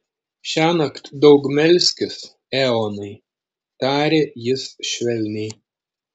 šiąnakt daug melskis eonai tarė jis švelniai